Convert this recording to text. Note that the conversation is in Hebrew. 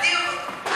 תדיח אותו.